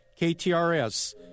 KTRS